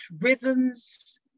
rhythms